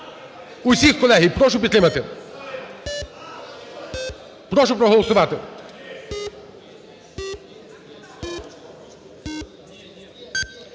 Усіх, колеги, прошу підтримати. Прошу проголосувати.